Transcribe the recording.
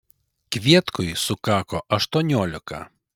kvietkui sukako aštuoniolika